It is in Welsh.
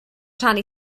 rhannu